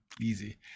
Easy